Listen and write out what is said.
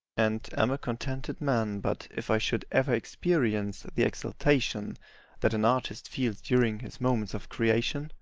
and am a contented man, but if i should ever experience the exaltation that an artist feels during his moments of creation,